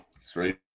Straight